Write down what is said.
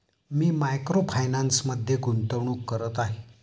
मी micro फायनान्समध्ये गुंतवणूक करत आहे